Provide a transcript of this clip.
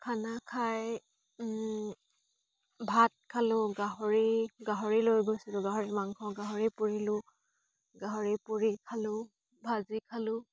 খানা খাই ও ভাত খালোঁ গাহৰি গাহৰি লৈ গৈছিলোঁ গাহৰি মাংস গাহৰি পুৰিলোঁ গাহৰি পুৰি খালোঁ ভাজি খালোঁ